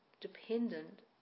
dependent